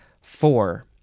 Four